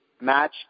match